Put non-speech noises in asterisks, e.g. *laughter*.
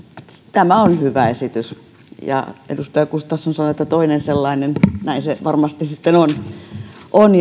tämä on hyvä esitys ja edustaja gustafsson sanoi että toinen sellainen näin se varmasti sitten on on *unintelligible*